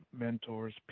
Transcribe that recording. mentors